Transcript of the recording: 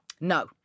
No